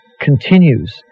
continues